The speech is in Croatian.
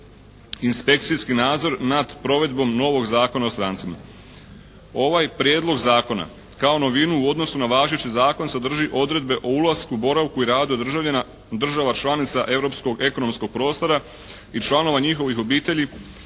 inspekcijski nadzor nad provedbom novog Zakona o strancima. Ovaj Prijedlog zakona kao novinu u odnosu na važeći zakon sadrži odredbe o ulasku, boravku i radu državljana država članica europskog ekonomskog prostora i članova njihovih obitelji